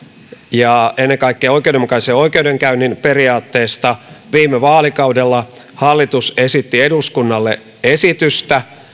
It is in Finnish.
ja ennen kaikkea oikeudenmukaisen oikeudenkäynnin periaatteista viime vaalikaudella hallitus esitti eduskunnalle esitystä